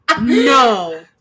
No